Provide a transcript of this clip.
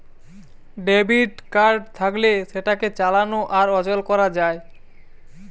debit card থাকলে সেটাকে চালানো আর অচল করা যায়